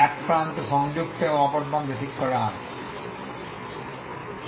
এক প্রান্ত সংযুক্ত এবং এক প্রান্ত ঠিক করা আছে